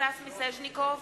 סטס מיסז'ניקוב,